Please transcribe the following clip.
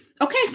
Okay